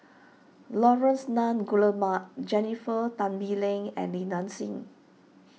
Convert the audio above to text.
Laurence Nunns Guillemard Jennifer Tan Bee Leng and Li Nanxing